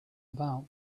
about